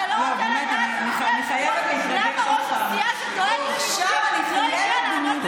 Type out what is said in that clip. אתה לא רוצה לדעת למה ראש הסיעה שדואג למיעוטים לא הגיע לענות,